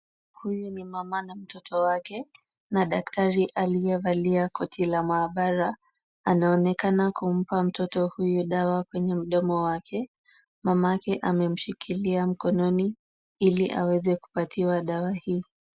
Huyu ni mama na mtoto wake na daktari aliyevalia koti la maabara, anaonekana kumpa mtoto huyu dawa kwenye mdomo wake. Mamake amemshikilia mkononi, ili aweze kupatiwa dawa hii.